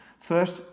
first